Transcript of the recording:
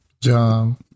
John